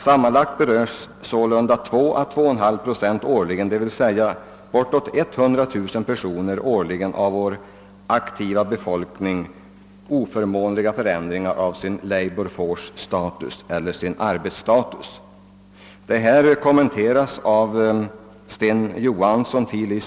Sammanlagt berörs sålunda 2 å 2,5 procent — d. v. s. bortåt 100 000 personer årligen — av vår aktiva befolkning av oförmånliga förändringar i sin labor-force status eller sin arbetsstatus.» Detta har kommenterats av fil. lic.